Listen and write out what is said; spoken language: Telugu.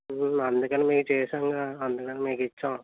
అందుకని మీకు చేసారుగా అందుకని మీకు ఇచ్చాము